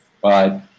bye